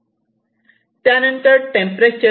त्यानंतर टेंपरेचर 0